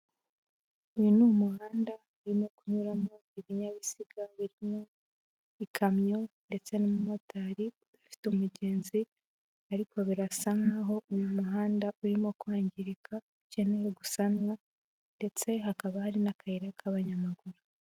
Uyu ni umuhanda urimo kunyuramo ibinyabiziga birimo ikamyo ndetse n'umumotari udafite umugenzi ariko birasa nkaho uyu muhanda urimo kwangirika ukeneyewe gusanwa ndetse hakaba hari n'akayira k'abanyamaguru.